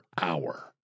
hour